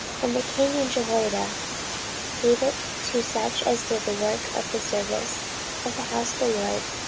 and the king and jehoiada gave it to such as did the work of the service of the house of the lord,